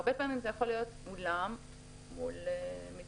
הרבה פעמים זה יכול להיות אולם מול זוג